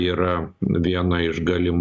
yra viena iš galimų